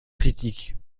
critiques